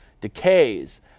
decays